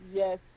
Yes